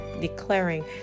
declaring